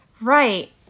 right